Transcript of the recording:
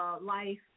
life